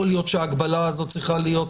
יכול להיות שההגבלה הזאת צריכה להיות